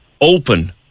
open